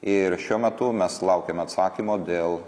ir šiuo metu mes laukiame atsakymo dėl